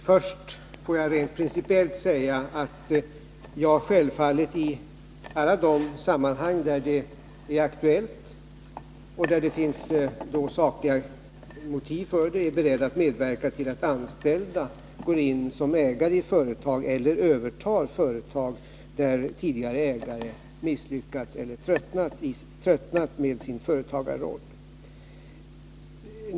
Herr talman! Får jag först rent principiellt säga att jag självfallet, i alla de sammanhang där det är aktuellt och där det finns sakliga motiv för det, är beredd att medverka till att anställda går in som ägare i företag eller övertar företag, när tidigare ägare misslyckats eller tröttnat i sin företagarroll.